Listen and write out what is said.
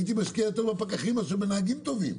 הייתי משקיע יותר בפקחים מאשר בנהגים טובים,